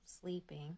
sleeping